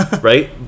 right